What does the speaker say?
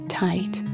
tight